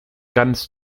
ganz